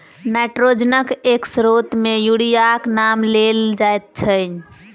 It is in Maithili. नाइट्रोजनक एक स्रोत मे यूरियाक नाम लेल जाइत छै